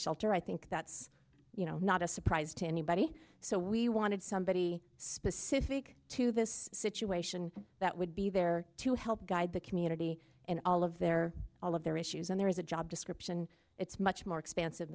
shelter i think that's you know not a surprise to anybody so we wanted somebody specific to this situation that would be there to help guide the community in all of their all of their issues and there is a job description it's much more expansive